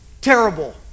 terrible